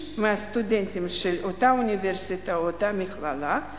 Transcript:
מהסטודנטים של אותה אוניברסיטה או אותה מכללה.